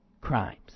crimes